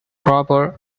proper